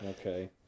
Okay